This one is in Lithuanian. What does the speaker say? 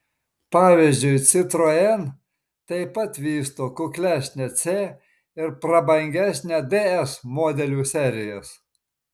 pavyzdžiui citroen taip pat vysto kuklesnę c ir prabangesnę ds modelių serijas